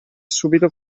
subito